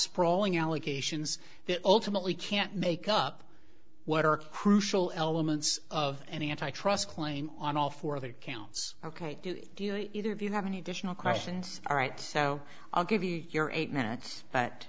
sprawling allegations that ultimately can't make up what are crucial elements of any antitrust claim on all four other counts ok do either of you have any additional questions all right so i'll give you your eight minutes but